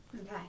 Okay